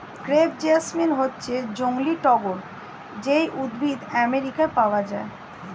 crepe jasmine হচ্ছে জংলী টগর যেই উদ্ভিদ আমেরিকায় পাওয়া যায়